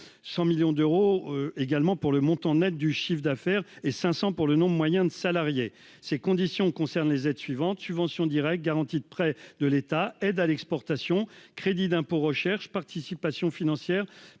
100 millions d'euros également pour le montant Net du chiffre d'affaires et 500 pour le nom de moyen de salariés ces conditions concernent les aides suivantes subventions directes garantie de prêts de l'État. Aides à l'exportation. Crédit d'impôt recherche participation financière